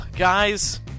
Guys